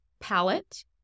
palette